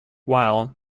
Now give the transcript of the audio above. while